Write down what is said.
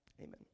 amen